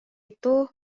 itu